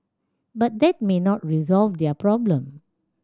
but that may not resolve their problem